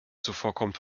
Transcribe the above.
zuvorkommend